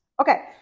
Okay